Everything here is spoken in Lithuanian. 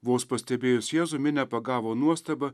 vos pastebėjus jėzų minią pagavo nuostaba